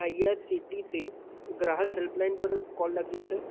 IRCTC ગ્રાહક helpline પર call લાગ્યો છે